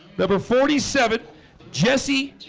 number forty seven jessie